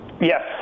Yes